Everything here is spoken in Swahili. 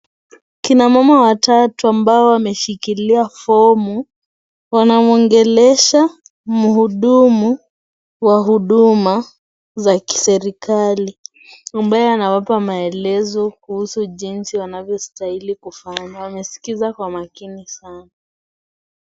Kina mama watatu ambao wameshikilia fomu wanamwongelesha mhudumu wa huduma za kiserikali ambaye anawapa maelezo kuhusu jinsi wanavyostahili kufanya. Wameskiza kwa makini sana.